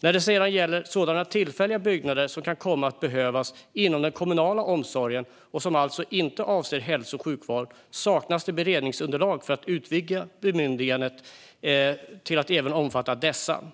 När det gäller sådana tillfälliga byggnader som kan komma att behövas inom den kommunala omsorgen och som inte avser hälso och sjukvård saknas det beredningsunderlag för att utvidga bemyndigandet till att även omfatta dessa.